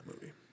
movie